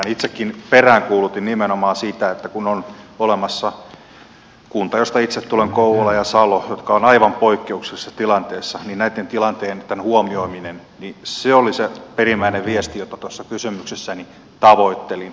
itsekin peräänkuulutin nimenomaan sitä että kun on olemassa kunta josta itse tulen kouvola ja salo jotka ovat aivan poikkeuksellisessa tilanteessa niin näitten tilanteen huomioiminen oli se perimmäinen viesti jota tuossa kysymyksessäni tavoittelin